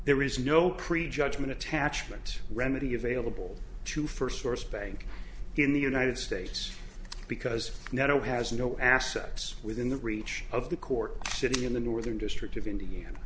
there is no prejudgment attachment remedy available to first source bank in the united states because no has no assets within the reach of the court sitting in the northern district of india